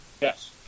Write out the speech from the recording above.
Yes